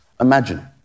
Imagine